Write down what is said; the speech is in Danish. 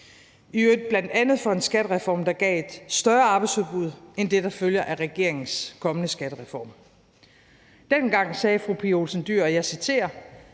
i øvrigt bl.a. for en skattereform, der gav et større arbejdsudbud end det, der følger af regeringens kommende skattereform. Dengang sagde fru Pia Olsen Dyhr, og jeg citerer: